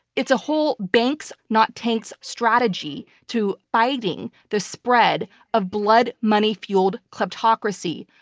it's a whole banks, not tanks strategy to fighting the spread of blood money-fueled kleptocracy,